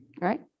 Right